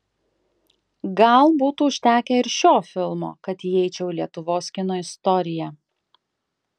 gal būtų užtekę ir šio filmo kad įeičiau į lietuvos kino istoriją